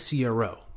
CRO